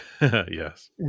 Yes